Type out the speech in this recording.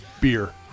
Beer